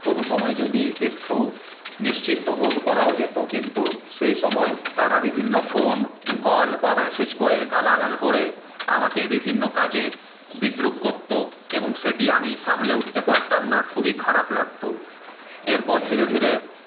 কোনোসময় যদি একটু নিশ্চিন্তবোধ করাও যেত কিন্তু সে সময়ে তারা বিভিন্ন ফোন কল বা ম্যাসেজ করে গালাগাল করে আমাকে বিভিন্ন কাজে বিদ্রূপ করতো এবং সেটি আমি সামলে উঠতে পারতাম না খুবই খারাপ লাগতো এরপর ধীরে ধীরে